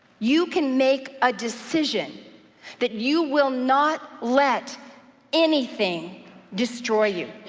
you can make a decision that you will not let anything destroy you.